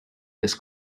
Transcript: this